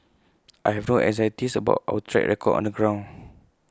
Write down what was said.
I have no anxieties about our track record on the ground